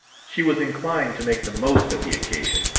she was inclined to make the most of the occasion,